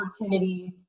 opportunities